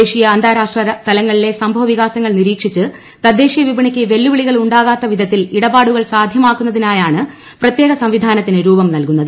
ദേശീയ അന്താരാഷ്ട്ര തലങ്ങളിലെ സംഭവവികാസങ്ങൾ നിരീക്ഷിച്ച് തദ്ദേശീയ വിപണിയ്ക്ക് വെല്ലുവിളികൾ ഉണ്ടാകാത്ത വിധത്തിൽ ഇടപാടുകൾ സാധ്യമാക്കുന്നതിനായാണ് പ്രത്യേക സംവിധാനത്തിന് രൂപം നൽകുന്നത്